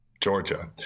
Georgia